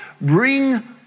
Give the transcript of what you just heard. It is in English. bring